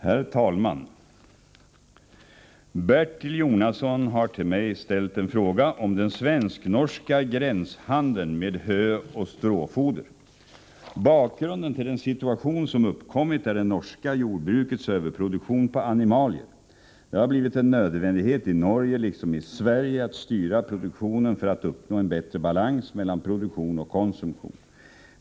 Herr talman! Bertil Jonasson har till mig ställt en fråga om den svensk-norska gränshandeln med hö och stråfoder. Bakgrunden till den situation som uppkommit är det norska jordbrukets överproduktion på animalier. Det har blivit en nödvändighet i Norge liksom i Sverige att styra produktionen för att uppnå en bättre balans mellan produktion och konsumtion.